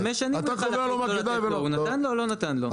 חמש שנים יכל לא לתת לו, נתן לו או לא נתן לו?